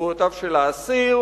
זכויותיו של האסיר